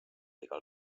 igal